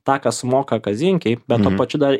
tą ką sumoka kazinkei bet tuo pačiu dar